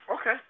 okay